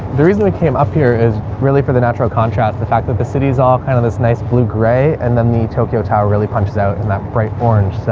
the reason we came up here is really for the natural contrast, the fact that the city's all kind of this nice blue gray and then the tokyo tower really punches out in that bright orange. so,